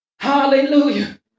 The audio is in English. Hallelujah